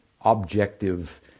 objective